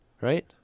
Right